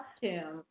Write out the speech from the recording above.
costume